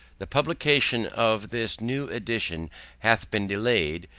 the publication of this new edition hath been delayed,